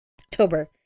October